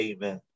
Amen